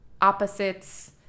opposites